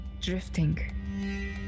Drifting